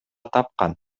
тапкан